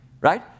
Right